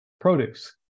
produce